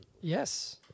Yes